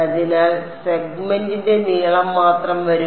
അതിനാൽ സെഗ്മെന്റിന്റെ നീളം മാത്രം വരും